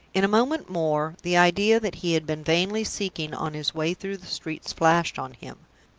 in a moment more, the idea that he had been vainly seeking on his way through the streets flashed on him.